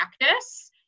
practice